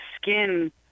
skin